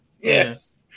Yes